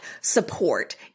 support